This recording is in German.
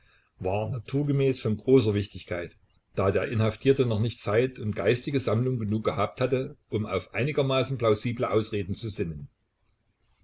war naturgemäß von großer wichtigkeit da der inhaftierte noch nicht zeit und geistige sammlung genug gehabt hatte um auf einigermaßen plausible ausreden zu sinnen